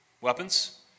weapons